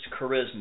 charisma